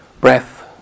Breath